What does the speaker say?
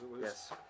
Yes